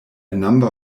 number